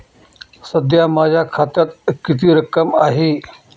सध्या माझ्या खात्यात किती रक्कम आहे?